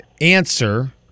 answer